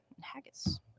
haggis